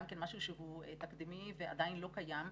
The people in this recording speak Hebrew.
משהו שהוא תקדימי ועדיין לא קיים,